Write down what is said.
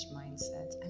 mindset